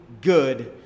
good